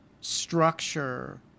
structure